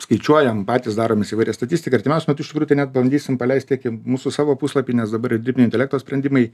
skaičiuojam patys daromės įvairią statistiką artimiausiu metu iš tikrųjų tai net bandysim paleist tiek į mūsų savo puslapį nes dabar ir dirbtinio intelekto sprendimai